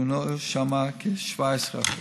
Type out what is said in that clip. שהינו שם כ-17%.